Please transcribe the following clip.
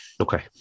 Okay